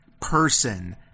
person